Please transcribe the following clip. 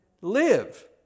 Live